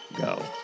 go